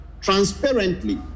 transparently